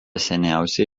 seniausia